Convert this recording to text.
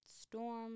Storm